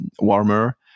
warmer